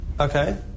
Okay